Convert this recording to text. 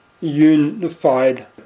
unified